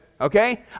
Okay